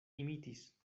imitis